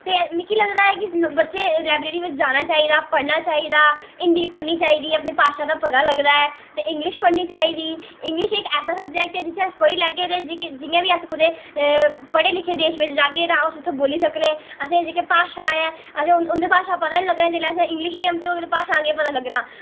ते मिगी लगदा ऐ की बच्चे लाईब्रेरी बिच जाना चाहिदा पढ़ना चाहिदा हिंदी पढ़नी चाहिदी अपनी भाशा दा पता चलदा ऐ ते इंगलिश पढ़नी चाहिदी इंग्लिश इक्क ऐसा सब्जेक्ट ऐ जिसी अस पढ़ी लैगे ते जियां बी अस कुदै पढ़े लिखे दे देश बिच जाह्गे तां अस उत्थें बोली सकने की असें जेह्की भाशा ऐ ते उंदी भाशा दा पता निं लगदा जेल्लै इंग्लिश निं लगदी होग तां भाशा दा केह् पता लग्गना